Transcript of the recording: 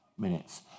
Minutes